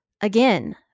again